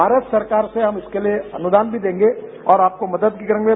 भारत सरकार से हम इसके लिए अनुदान भी देंगे और आपको मदद भी करेंगे